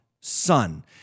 son